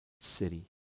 city